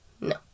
No